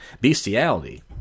bestiality